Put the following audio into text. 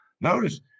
Notice